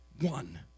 one